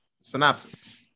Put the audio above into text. synopsis